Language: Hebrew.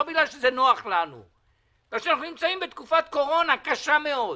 לא בגלל שזה נוח לנו אלא בגלל שאנחנו נמצאים בתקופת קורונה קשה מאוד.